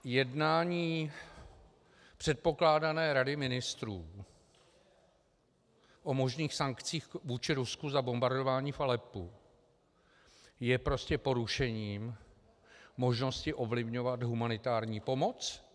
Jednání předpokládané Rady ministrů o možných sankcích vůči Rusku za bombardování v Aleppu je prostě porušením možnosti ovlivňovat humanitární pomoc?